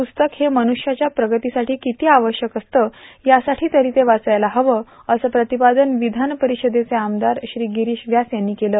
पुस्तक हे मन्रष्याच्या प्रगतीसाठी किती आवश्यक असतं यासाठी तरी ते वाचायलाच हवं असं प्रतिपादन विधान परिषदेचे आमदार श्री गिरीश व्यास यांनी केलं